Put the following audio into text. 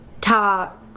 talk